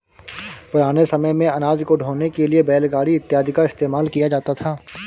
पुराने समय मेंअनाज को ढोने के लिए बैलगाड़ी इत्यादि का इस्तेमाल किया जाता था